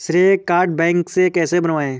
श्रेय card bank से कैसे बनवाएं?